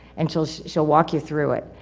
and she'll, she'll walk you through it.